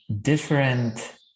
different